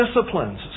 disciplines